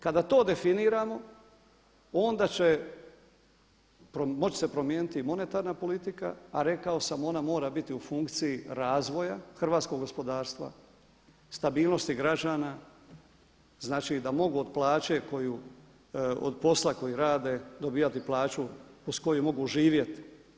Kada to definiramo onda će se moći promijeniti i monetarna politika, a rekao sam ona mora biti u funkciji razvoja hrvatskog gospodarstva, stabilnosti građana znači da od posla koji rade dobijati plaću uz koju mogu živjeti.